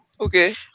Okay